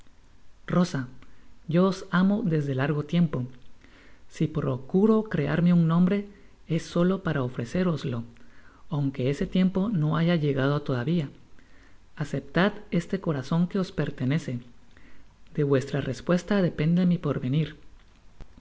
yo os amo desde largo tiempo i si procuro crearme un nombre es solo para ofrecéroslo aunque ese tiempo no haya llegado todavia aceptad este corazon que os pertenece de vuestra respuesta depende mi porvenir